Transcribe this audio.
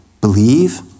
Believe